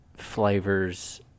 flavors